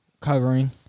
covering